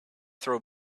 throw